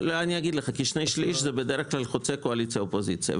כי שני שליש זה בדרך כלל חוצה קואליציה אופוזיציה,